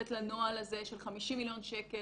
בשל החשיבות החלטנו לתת לנוהל הזה של 50 מיליון שקלים,